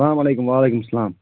سَلامَ علیکُم وَعلیکُم سَلام